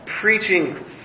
preaching